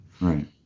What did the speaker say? Right